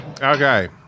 Okay